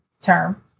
term